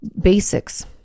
basics